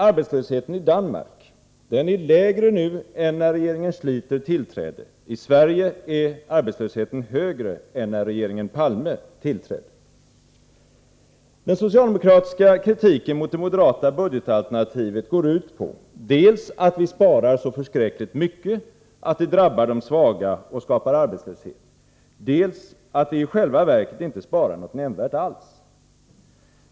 Arbetslösheten i Danmark har sjunkit under regeringen Schläter. I Sverige är arbetslösheten högre än när regeringen Palme tillträdde. Den socialdemokratiska kritiken mot det moderata budgetalternativet går ut på dels att vi sparar så förskräckligt mycket att det drabbar de svaga och skapar arbetslöshet, dels att vi i själva verket inte sparar något nämnvärt alls.